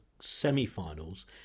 semi-finals